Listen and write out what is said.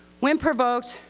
when provoked,